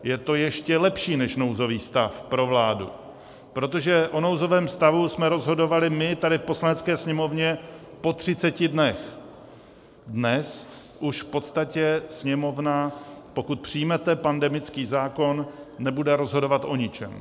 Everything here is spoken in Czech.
Je to ještě lepší než nouzový stav pro vládu, protože o nouzovém stavu jsme rozhodovali my tady v Poslanecké sněmovně po 30 dnech, dnes už v podstatě Sněmovna, pokud přijmete pandemický zákon, nebude rozhodovat o ničem.